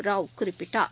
ராவ் குறிப்பிட்டார்